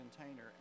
container